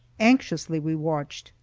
anxiously we watched,